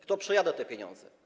Kto przejada te pieniądze?